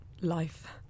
life